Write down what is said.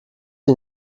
die